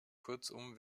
kurzum